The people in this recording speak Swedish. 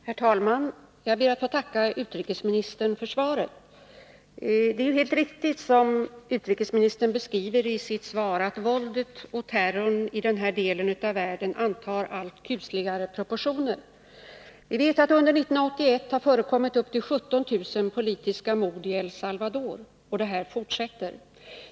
Herr talman! Jag ber att få tacka utrikesministern för svaret. Det är, som utrikesministern skrev i sitt svar, helt riktigt att våldet och terrorn i den här delen av världen antar allt kusligare proportioner. Under 1981 förekom bortemot 17 000 politiska mord i El Salvador — och det här fortsätter.